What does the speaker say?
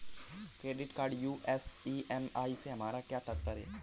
Credit card US EMI से हमारा क्या तात्पर्य है?